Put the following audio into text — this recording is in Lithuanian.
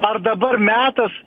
ar dabar metas